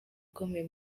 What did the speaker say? ukomeye